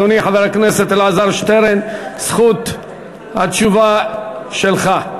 אדוני, חבר הכנסת אלעזר שטרן, זכות התשובה שלך.